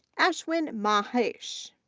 ashwin mahesh,